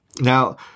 Now